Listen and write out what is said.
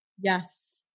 Yes